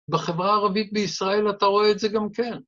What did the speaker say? בחברה הערבית בישראל אתה רואה את זה גם כן.